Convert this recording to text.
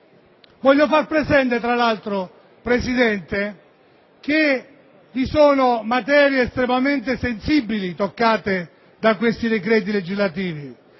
Vorrei far presente tra l'altro, signor Presidente, che vi sono materie estremamente sensibili toccate da questi decreti legislativi.